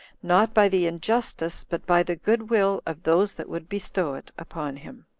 not by the injustice, but by the good-will of those that would bestow it upon him.